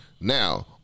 Now